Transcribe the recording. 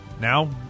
Now